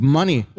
money